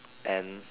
and